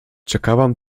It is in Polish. czekałam